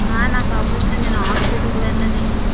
నాకు అవ్వదు సార్ నేను హాస్పిటల్కి వెళ్ళాలి